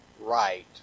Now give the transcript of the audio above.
right